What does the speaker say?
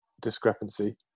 discrepancy